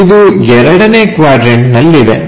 ಇದು ಎರಡನೇ ಕ್ವಾಡ್ರನ್ಟ ನಲ್ಲಿದೆ